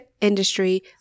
industry